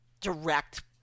direct